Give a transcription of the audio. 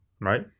Right